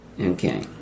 Okay